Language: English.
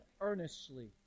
earnestly